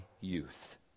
youth